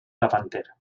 davanter